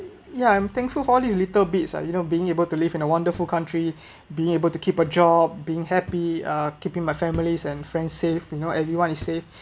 ya I'm thankful for this little bits ah you know being able to live in a wonderful country being able to keep a job being happy uh keeping my families and friends safe you know everyone is safe